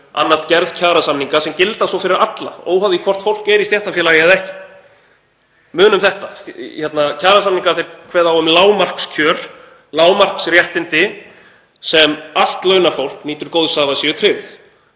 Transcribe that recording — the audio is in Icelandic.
annast gerð kjarasamninga sem gilda svo fyrir alla, óháð því hvort fólk er í stéttarfélagi eða ekki. Munum þetta. Kjarasamningar kveða á um lágmarkskjör, lágmarksréttindi sem allt launafólk nýtur góðs af að séu tryggð.